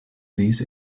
these